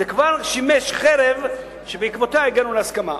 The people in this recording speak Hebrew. זה כבר שימש חרב שבעקבותיה הגענו להסכמה.